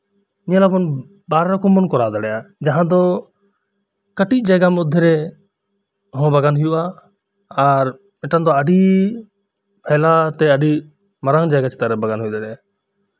ᱧᱮᱞᱟᱵᱚᱱ ᱵᱟᱨ ᱨᱚᱠᱚᱢ ᱵᱚᱱ ᱠᱚᱨᱟᱣ ᱫᱟᱲᱮᱭᱟᱜᱼᱟ ᱡᱟᱦᱟᱸ ᱫᱚ ᱠᱟᱹᱴᱤᱡ ᱵᱟᱜᱟᱱ ᱢᱚᱫᱽᱫᱷᱮ ᱨᱮᱦᱚᱸ ᱵᱟᱜᱟᱱ ᱦᱩᱭᱩᱜᱼᱟ ᱟᱨ ᱢᱤᱫᱴᱟᱱ ᱫᱚ ᱟᱹᱰᱤ ᱯᱷᱟᱭᱞᱟᱣ ᱛᱮ ᱟᱹᱰᱤ ᱢᱟᱨᱟᱝ ᱡᱟᱭᱜᱟ ᱪᱮᱛᱟᱱ ᱨᱮ ᱵᱟᱜᱟᱱ ᱦᱩᱭ ᱫᱟᱲᱮᱭᱟᱜᱼᱟ